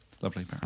Lovely